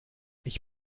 ich